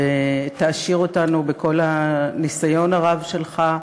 ותעשיר אותנו בכל הניסיון הרב שלך.